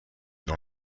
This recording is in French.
dans